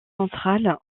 central